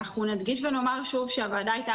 אנחנו נדגיש ונאמר שוב שישיבת הוועדה הייתה